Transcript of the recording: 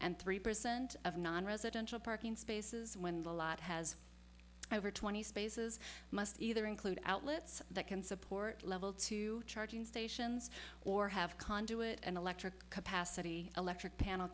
and three percent of nonresidential parking spaces when the lot has over twenty spaces must either include outlets that can support level two charging stations or have conduit and electric capacity electric panel